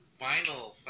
vinyl